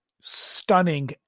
stunning